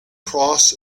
cross